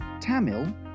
Tamil